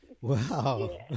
Wow